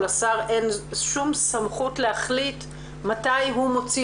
לשר אין שום סמכות להחליט מתי הוא מוציא